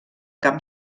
cap